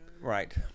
right